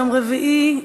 יום רביעי,